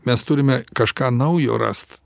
mes turime kažką naujo rast